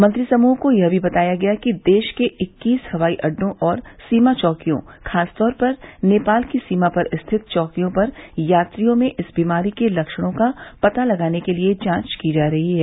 मंत्री समूह को यह भी बताया गया कि देश के इक्कीस हवाई अड्डों और सीमा चौकियों खास तौर पर नेपाल की सीमा पर स्थित चौकियों पर यात्रियों में इस बीमारी के लक्षणों का पता लगाने के लिए जांच की जा रही है